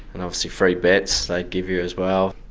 and obviously free bets they'd give you as well.